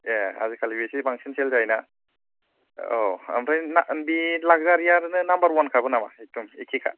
ए आजिखालि बेसो बांसिन सेल जायो ना औ ओमफ्राय ना बे लाखजारियानो नाम्बार वान खाबो नामा एखदम एखेखा